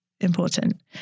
important